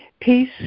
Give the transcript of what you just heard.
Peace